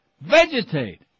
Vegetate